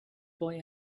boy